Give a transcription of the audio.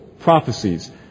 prophecies